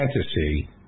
fantasy